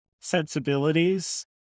sensibilities